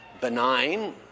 benign